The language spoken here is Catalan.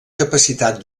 capacitat